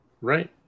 Right